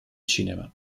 cinema